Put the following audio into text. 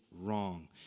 wrong